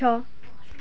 छ